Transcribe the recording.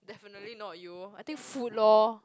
definitely not you I think food lor